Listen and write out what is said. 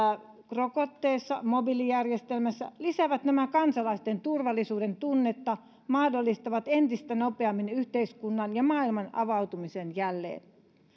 rokotteessa ja mobiilijärjestelmässä ne lisäävät kansalaisten turvallisuudentunnetta ja mahdollistavat entistä nopeammin yhteiskunnan ja maailman avautumisen jälleen